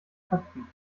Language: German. köpfen